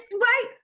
Right